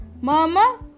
Mama